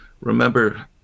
remember